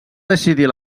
decidir